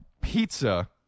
pizza